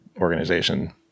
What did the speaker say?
organization